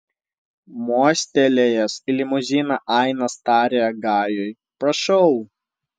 mostelėjęs į limuziną ainas tarė gajui prašau